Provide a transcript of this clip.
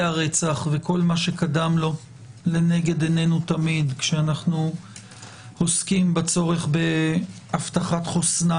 הרצח וכל מה שקדם לו לנגד עינינו תמיד כשאנחנו עוסקים בצורך בהבטחת חוסנה